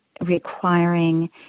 requiring